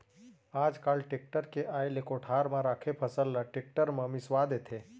आज काल टेक्टर के आए ले कोठार म राखे फसल ल टेक्टर म मिंसवा देथे